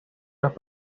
las